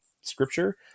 scripture